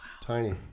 Tiny